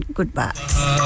Goodbye